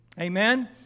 Amen